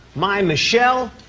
my michelle,